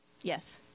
Yes